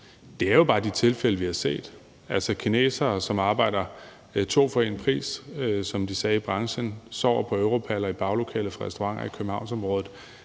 at det jo bare er de tilfælde, vi har set, altså kinesere, som arbejder to for ens pris, som de sagde i branchen, og sover på europaller i baglokalet i restauranter i Københavnsområdet.